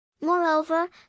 Moreover